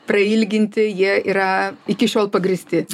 prailginti jie yra iki šiol pagrįsti